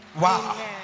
wow